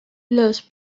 los